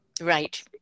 Right